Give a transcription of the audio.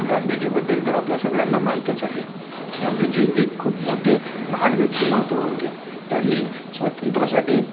गांधीजीबद्दल तर आपल्या सगळ्यांना माहीतच आहे गांधीजी एक खूप मोठे महान व्यक्तिमत्व होते त्यांनी स्वातंत्र्यासाठी